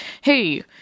Hey